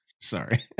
Sorry